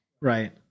Right